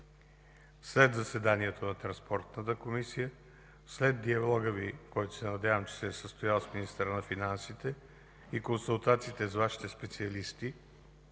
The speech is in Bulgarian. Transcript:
след заседанието на Транспортната комисия, след диалогът Ви, който се надявам, че се състоял с министъра на финансите, и консултациите с Вашите специалисти